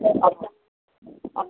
অঁ